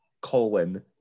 colon